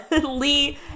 Lee